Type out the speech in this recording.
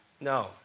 No